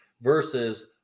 versus